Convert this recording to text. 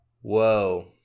Whoa